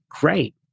great